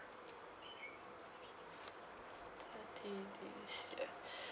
thirties ya